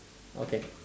okay